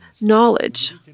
knowledge